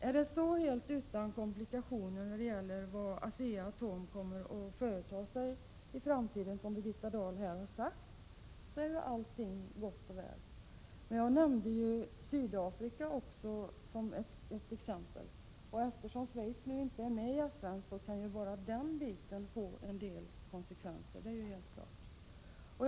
Om det som ASEA-ATOM kommer att företa sig i framtiden är så helt utan komplikationer som Birgitta Dahl här har sagt, är ju allting gott och väl. Men jag nämnde ju också Sydafrika såsom ett exempel. Och eftersom Schweiz inte är med i FN kan ju bara detta faktum få en del konsekvenser — det är helt klart.